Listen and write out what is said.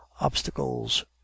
obstacles